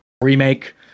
remake